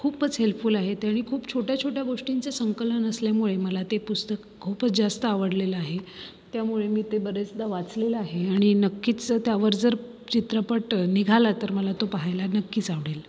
खूपच हेल्पफूल आहे ते आणि खूप छोट्या छोट्या गोष्टींचं संकलन असल्यामुळे मला ते पुस्तक खूपच जास्त आवडलेलं आहे त्यामुळे मी ते बरेचदा वाचलेलं आहे आणि नक्कीच त्यावर जर चित्रपट निघाला तर मला तो पाहायला नक्कीच आवडेल